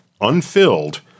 unfilled